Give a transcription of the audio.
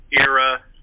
Era